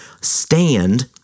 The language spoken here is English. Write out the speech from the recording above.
stand